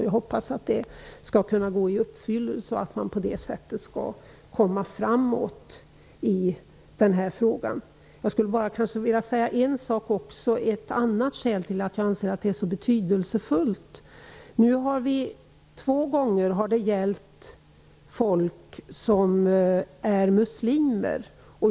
Jag hoppas att det här skall kunna gå i uppfyllelse och att man på det sättet skall komma framåt i den här frågan. Det finns ett annat skäl till att jag anser att detta är så betydelsefullt. Två gånger har det gällt muslimer.